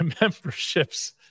memberships